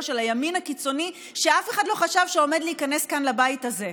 של הימין הקיצוני שאף אחד לא חשב שעומד להיכנס כאן לבית הזה.